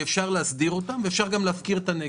אפשר להסדיר אותם ואפשר להפקיר את הנגב.